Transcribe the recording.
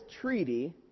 treaty